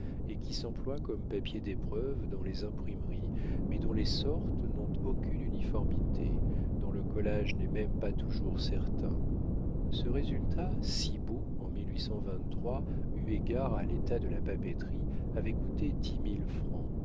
et qui s'emploie comme papier d'épreuve dans les imprimeries mais dont les sortes n'ont aucune uniformité dont le collage n'est même pas toujours certain ce résultat si beau en eu égard à l'état de la papeterie avait coûté